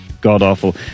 god-awful